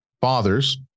Fathers